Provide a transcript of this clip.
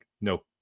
no